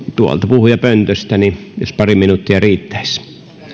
puhujapöntöstä jospa pari minuuttia riittäisi